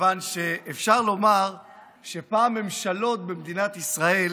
מכיוון שאפשר לומר שפעם הממשלות במדינת ישראל